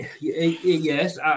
Yes